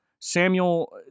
Samuel